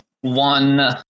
one